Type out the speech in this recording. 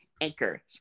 Anchor